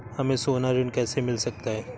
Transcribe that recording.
हमें सोना ऋण कैसे मिल सकता है?